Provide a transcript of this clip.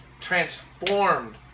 transformed